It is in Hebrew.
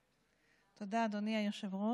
תודה, אדוני היושב-ראש.